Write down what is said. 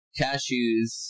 cashews